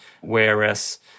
whereas